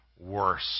worse